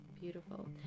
Beautiful